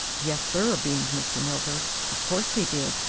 yes, sir, beamed mr. milburgh, of course he did!